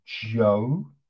Joe